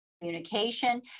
communication